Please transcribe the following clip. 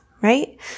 right